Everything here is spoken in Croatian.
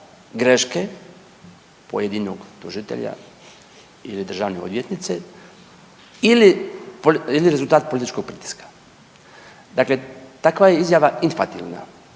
greške pojedinog tužitelja ili državne odvjetnice, ili rezultat političkog pritiska. Dakle, takva je izjava infativna.